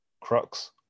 crux